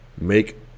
make